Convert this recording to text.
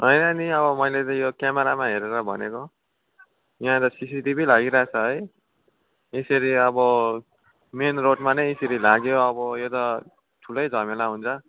होइन नि अब मैले त यो क्यामरामा हेरेर भनेको हो यहाँ त सिसि टिभी लागिरहेको छ है यसरी अब मेन रोडमा नै यसरी लाग्यो अब यो त ठुलै झमेला हुन्छ